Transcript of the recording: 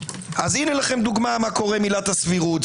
הנה לכם דוגמה מה קורה עם עילת הסבירות.